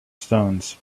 stones